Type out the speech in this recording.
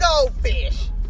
goldfish